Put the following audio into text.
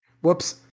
Whoops